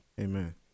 Amen